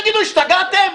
תגידו, השתגעתם?